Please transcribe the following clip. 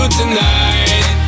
tonight